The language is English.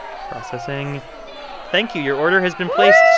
processing thank you. your order has been placed